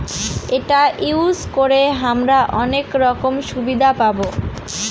এটা ইউজ করে হামরা অনেক রকম সুবিধা পাবো